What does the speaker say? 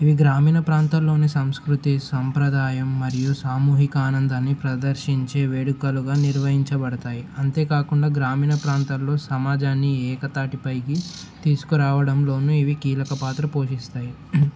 ఇవి గ్రామీణ ప్రాంతాల్లోని సంస్కృతి సంప్రదాయం మరియు సామూహిక ఆనందాన్ని ప్రదర్శించే వేడుకలుగా నిర్వహించబడతాయి అంతేకాకుండా గ్రామీణ ప్రాంతాల్లో సమాజాన్ని ఏకతాటిపైకి తీసుకురావడంలోనూ ఇవి కీలక పాత్ర పోషిస్తాయి